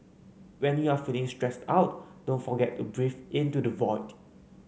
when you are feeling stressed out don't forget to breathe into the void